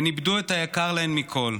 הן איבדו את היקר להן מכול,